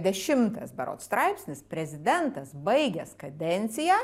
dešimtas berods straipsnis prezidentas baigęs kadenciją